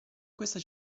questa